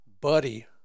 Buddy